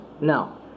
Now